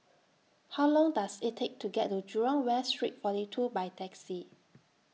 How Long Does IT Take to get to Jurong West Street forty two By Taxi